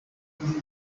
burundi